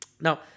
Now